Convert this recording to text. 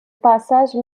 passage